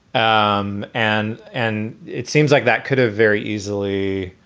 um and and it seems like that could have very easily,